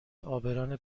عابران